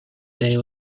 day